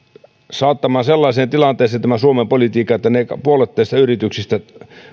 saattamaan sellaiseen tilanteeseen suomen politiikan että puolet näistä yrityksistä